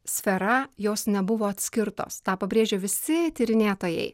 sfera jos nebuvo atskirtos tą pabrėžė visi tyrinėtojai